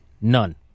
None